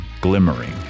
glimmering